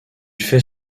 fait